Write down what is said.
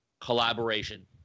collaboration